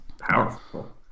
Powerful